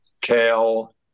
kale